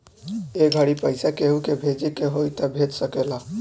ए घड़ी पइसा केहु के भेजे के होई त भेज सकेल